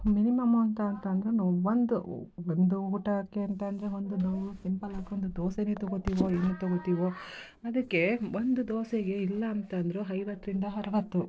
minimum ಅಂತ ಅಂತ ಅಂದ್ರೆ ನಾವು ಒಂದು ಒಂದು ಊಟಕ್ಕೆ ಅಂತ ಅಂದ್ರೆ ಒಂದು ನಾವು ಸಿಂಪಲ್ಲಾಗಿ ಒಂದು ದೋಸೆಯೇ ತಗೊಳ್ತೀವೋ ಏನು ತಗೊಳ್ತೀತಿವೋ ಅದಕ್ಕೆ ಒಂದು ದೋಸೆಗೆ ಇಲ್ಲ ಅಂತ ಅಂದ್ರೂ ಐವತ್ರಿಂದ ಅರವತ್ತು